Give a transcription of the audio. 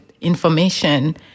information